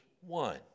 one